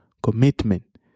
commitment